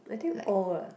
I think all uh